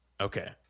Okay